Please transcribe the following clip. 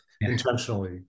intentionally